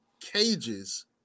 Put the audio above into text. cages